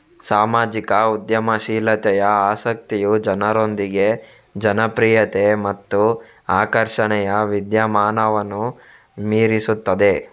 ಸಾಮಾಜಿಕ ಉದ್ಯಮಶೀಲತೆಯ ಆಸಕ್ತಿಯು ಜನರೊಂದಿಗೆ ಜನಪ್ರಿಯತೆ ಮತ್ತು ಆಕರ್ಷಣೆಯ ವಿದ್ಯಮಾನವನ್ನು ಮೀರಿಸುತ್ತದೆ